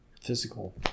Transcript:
physical